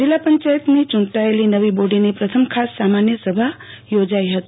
જિલ્લા પંચાયતની ચૂંટાયેલો નવી બોડીની પ્રથમ ખાસ સામાન્ય સભા યોજાઈ હતી